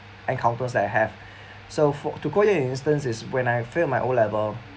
encounters that I have so for to call your instance is when I fail my O level